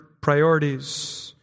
priorities